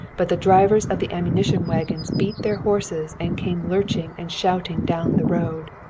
but the drivers of the ammunition wagons beat their horses and came lurching and shouting down the road.